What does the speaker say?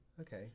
Okay